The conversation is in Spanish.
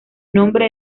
nombre